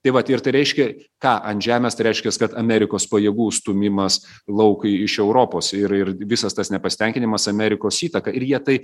tai vat ir tai reiškia ką ant žemės tai reiškias kad amerikos pajėgų stūmimas lauk iš europos ir ir visas tas nepasitenkinimas amerikos įtaka ir jie tai